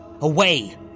Away